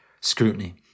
scrutiny